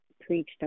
preached